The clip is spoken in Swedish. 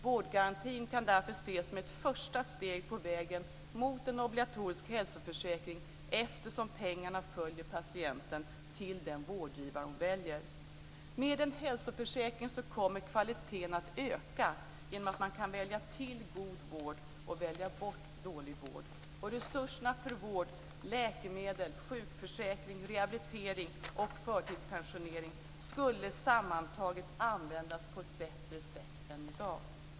Vårdgarantin kan därför ses som ett första steg på vägen mot en obligatorisk hälsoförsäkring eftersom pengarna följer patienten till den vårdgivare hon väljer. Med en hälsoförsäkring kommer kvaliteten att öka genom att man kan välja till god vård och välja bort dålig vård. Resurserna för vård, läkemedel, sjukförsäkring, rehabilitering och förtidspensionering skulle sammantaget användas på ett bättre sätt än i dag.